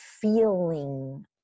feeling